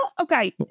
okay